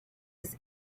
his